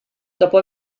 dopo